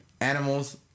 animals